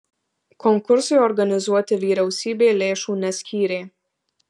konkursui organizuoti vyriausybė lėšų neskyrė